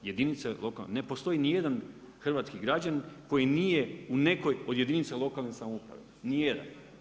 Jedinice lokalne, ne postoji ni jedan hrvatski građanin koji nije u nekoj od jedinica lokalne samouprave, ni jedan.